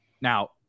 Now